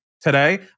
today